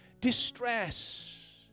distress